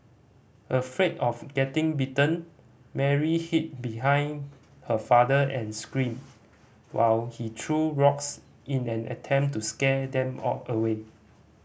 afraid of getting bitten Mary hid behind her father and screamed while he threw rocks in an attempt to scare them or away